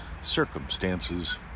circumstances